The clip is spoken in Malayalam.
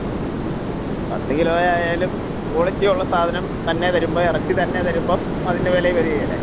മ്മ് പത്ത് കിലോ ആയാലും ക്വാളിറ്റിയുള്ള സാധനം തന്നെ തരുമ്പം ഇറച്ചി തന്നെ തരുമ്പം അതിൻ്റെ വിലയും വരുകേല